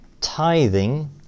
tithing